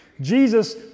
Jesus